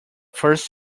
first